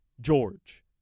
George